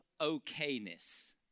okayness